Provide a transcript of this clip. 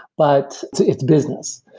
but it's business.